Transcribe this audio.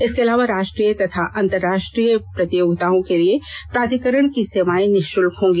इसके अलावा राष्ट्रीय अथवा अंतरराष्ट्रीय प्रतियोगिताओं के लिए प्राधिकरण की सेवाएं निःषुल्क होगी